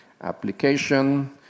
Application